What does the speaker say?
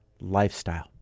lifestyle